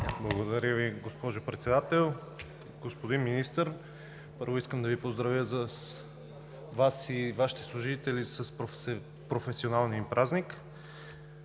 Благодаря Ви, госпожо Председател. Господин Министър, първо, искам да поздравя Вас и Вашите служители с професионалния им празник!